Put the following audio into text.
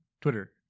Twitter